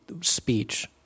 speech